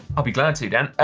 i'll be glad to, dan.